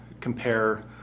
compare